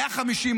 150,